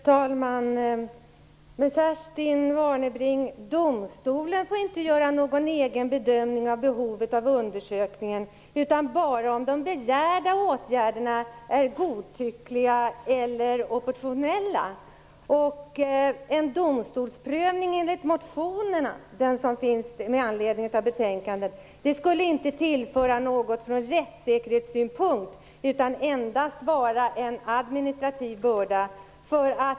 Fru talman! Men, Kerstin Warnerbring, domstolen får inte göra någon egen bedömning av behovet av undersökning, utan bara bedöma om de begärda åtgärderna är godtyckliga eller oproportionerliga. En domstolsprövning enligt motionen - den som finns med anledning av propositionen - skulle inte tillföra något ur rättssäkerhetssynpunkt, utan endast vara en administrativ börda.